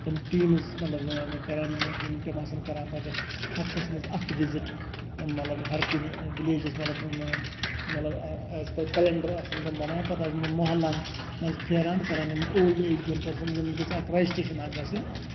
تِم ٹیٖمٕز مطلب کرن تِم آسان کران پَتہٕ ہَفتَس منٛز اکھ وِزِٹ مطلب ہر کُنہِ وِلیجَس مطلب ایز پَر کیلینڈر آسان تِم بَناوان پَتہٕ آسن تِم موحلَن منٛز پھیران کران یِمن اولڈ ایَج یِم پٔرسَنز یِمن گٔژھ اکھ ریجِسٹرشن اکھ گَژھٕنۍ